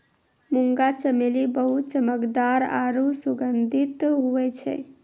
मुंगा चमेली बहुत चमकदार आरु सुगंधित हुवै छै